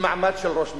במעמד של ראש ממשלה.